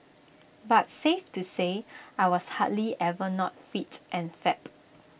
but safe to say I was hardly ever not fit and fab